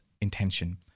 intention